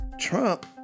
Trump